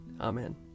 Amen